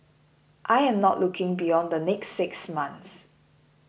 I am not looking beyond the next six months